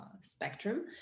spectrum